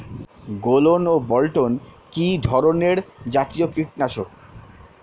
গোলন ও বলটন কি ধরনে জাতীয় কীটনাশক?